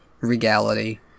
regality